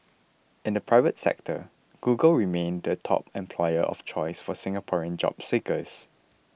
in the private sector Google remained the top employer of choice for Singaporean job seekers